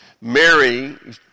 Mary